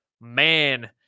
Man